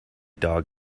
dog